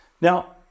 Now